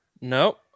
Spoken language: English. No